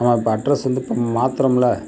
ஆமாம் இப்போ அட்ரஸ் வந்து இப்போ மாத்துகிறோம்ல